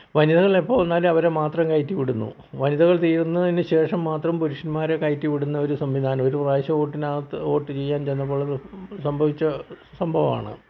വനിതകളെപ്പോൾ വന്നാലും അവരെ മാത്രം കയറ്റി വിടുന്നു വനിതകൾ തീരുന്നതിന് ശേഷം മാത്രം പുരുഷൻമാരെ കയറ്റി വിടുന്നൊരു സംവിധാനം ഒരു പ്രാവശ്യം ഓട്ടിനകത്ത് ഓട്ട് ചെയ്യാൻ ചെന്നപ്പോൾ സംഭവിച്ച സംഭവമാണ്